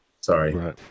Sorry